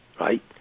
right